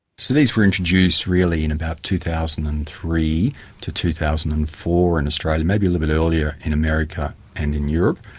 so these were introduced really in about two thousand and three to two thousand and four in australia, maybe a little bit earlier in america and in europe.